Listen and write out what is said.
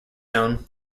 own